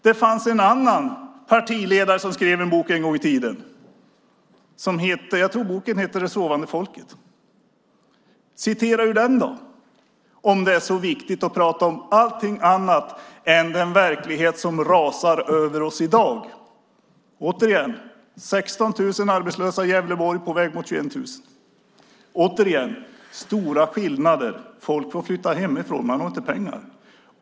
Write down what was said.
Det finns en annan partiledare som skrev en bok en gång i tiden. Boken heter Det sovande folket . Citera ur den, då, om det nu är så viktigt att prata om allting annat än den verklighet som rasar över oss i dag! Återigen: Det finns 16 000 arbetslösa i Gävleborg, på väg mot 21 000. Återigen: Det är stora skillnader. Folk får flytta hemifrån. De har inte pengar.